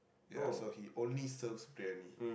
ya so he only serves Briyani